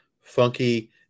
funky